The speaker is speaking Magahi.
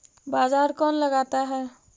बाजार कौन लगाता है?